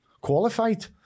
qualified